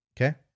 okay